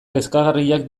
kezkagarriak